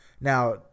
Now